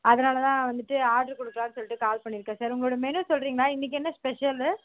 அதனால் தான் வந்துட்டு ஆர்டர் கொடுக்கலானு சொல்லிட்டு கால் பண்ணியிருக்கேன் சார் உங்களோடய மெனு சொல்லுறீங்களா இன்னைக்கி என்ன ஸ்பெஷல்